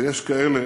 ויש כאלה